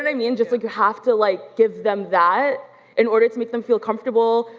and i mean, just like, you have to like give them that in order to make them feel comfortable.